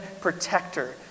protector